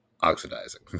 oxidizing